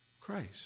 Christ